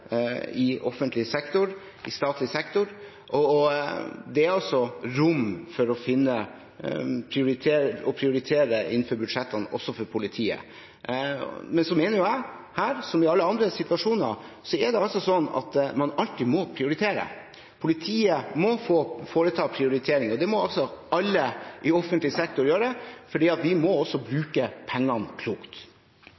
i offentlig sektor, i statlig sektor. Det er rom for å prioritere innenfor budsjettene også for politiet. Jeg mener at man her, som i alle andre situasjoner, må prioritere. Politiet må foreta prioriteringer. Det må alle i offentlig sektor gjøre, for vi må bruke pengene klokt. Etter at Meld. St. 18 for 2016–2017 om bærekraftige byer og sterke distrikter kom i